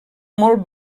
molt